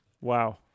wow